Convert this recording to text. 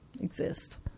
exist